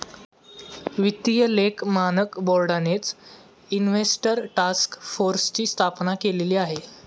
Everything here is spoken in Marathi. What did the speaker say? वित्तीय लेख मानक बोर्डानेच इन्व्हेस्टर टास्क फोर्सची स्थापना केलेली आहे